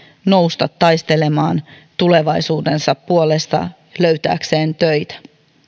nousta taistelemaan tulevaisuutensa puolesta löytääkseen töitä